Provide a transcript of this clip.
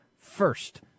First